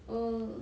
err